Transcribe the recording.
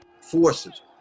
forces